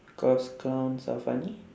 cause clowns are funny